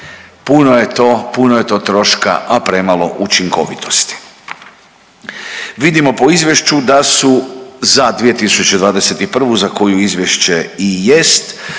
Puno je to, puno je to troška, a premalo učinkovitosti. Vidimo po izvješću da su za 2021. za koju izvješće i jest